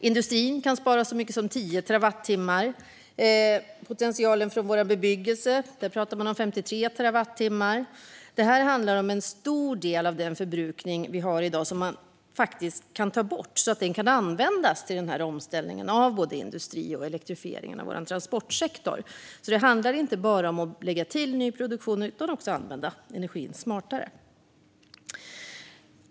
Industrin kan spara så mycket som 10 terawattimmar, och när det gäller potentialen från bebyggelse pratas det om 53 terawattimmar. Det handlar om en stor del av den förbrukning som vi har i dag, som faktiskt kan tas bort och användas för både omställningen av industrin och elektrifieringen av transportsektorn. Det handlar alltså inte bara om att lägga till ny produktion utan också om att använda energin smartare.